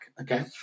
Okay